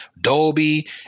Dolby